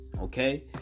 okay